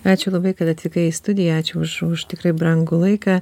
ačiū labai kad atvykai į studiją ačiū už už tikrai brangų laiką